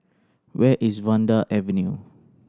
where is Vanda Avenue